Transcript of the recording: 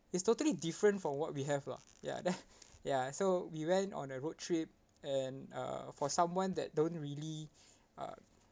it's totally different from what we have lah ya then ya so we went on a road trip and uh for someone that don't really uh